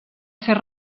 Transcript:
ser